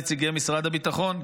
נציגי משרד הביטחון,